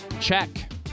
check